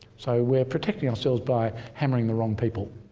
so we're protecting ourselves by hammering the wrong people.